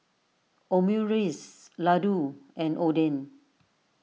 Omurice Ladoo and Oden